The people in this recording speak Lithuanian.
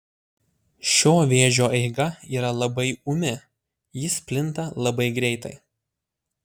šio vėžio eiga yra labai ūmi jis plinta labai greitai